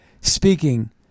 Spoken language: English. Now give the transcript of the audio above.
speaking